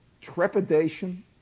trepidation